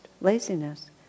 laziness